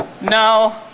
no